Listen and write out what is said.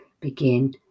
begin